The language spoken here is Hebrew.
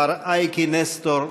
מר אייקי נסטור.